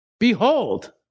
behold